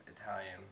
Italian